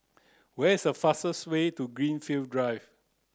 where is a fastest way to Greenfield Drive